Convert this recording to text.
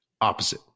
opposite